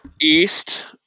East